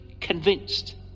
convinced